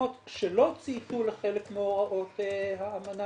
שמדינות שלא צייתו לחלק מהוראות האמנה,